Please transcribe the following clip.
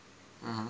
mm